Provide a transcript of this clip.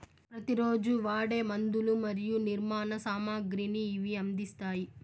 ప్రతి రోజు వాడే మందులు మరియు నిర్మాణ సామాగ్రిని ఇవి అందిస్తాయి